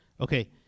Okay